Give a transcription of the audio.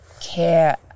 care